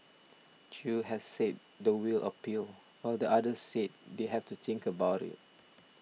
Chew has said the will appeal while the other said they have to think about it